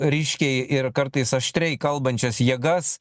ryškiai ir kartais aštriai kalbančias jėgas